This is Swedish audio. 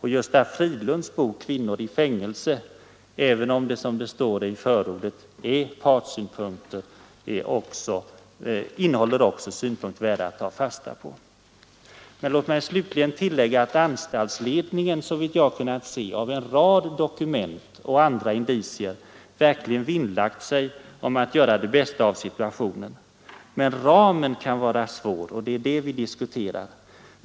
Gösta Fridlunds bok Kvinnor i fängelse, även om den som det står i förordet anlägger partssynpunkter, innehåller också mycket att ta fasta på. Låt mig slutligen tillägga att anstaltsledningen såvitt jag kunnat se av en rad dokument och andra indicier verkligen vinnlagt sig om att göra det bästa av situationen. Men ramen kan vara svår, och det är det vi diskuterar.